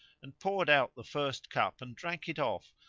and poured out the first cup and drank it off,